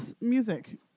music